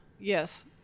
Yes